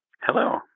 Hello